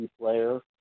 player